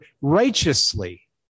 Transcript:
righteously